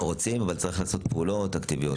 רוצים, אבל צריך לעשות פעולות אקטיביות.